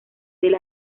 del